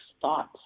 thoughts